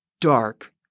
dark